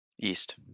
East